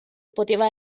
poteva